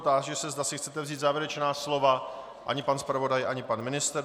Táži se, zda si chcete vzít závěrečná slova ani pan zpravodaj, ani pan ministr.